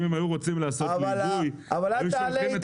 אם הם היו רוצים לעשות ליווי הם היו שולחים את